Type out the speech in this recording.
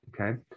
okay